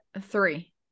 three